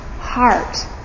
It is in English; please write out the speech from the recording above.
heart